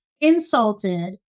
insulted